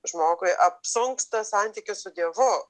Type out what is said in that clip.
žmogui apsunksta santykis su dievu